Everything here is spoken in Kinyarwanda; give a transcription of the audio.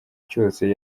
cyose